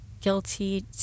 guilty